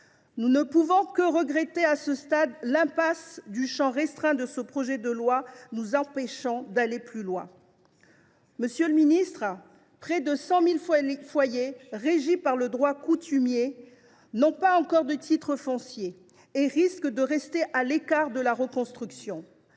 nous ne pouvons que regretter, à ce stade, de nous trouver dans une impasse, car le champ restreint de ce projet de loi nous empêche d’aller plus loin. Monsieur le ministre, près de 100 000 foyers régis par le droit coutumier n’ont pas encore de titre foncier et risquent de rester à l’écart de la reconstruction.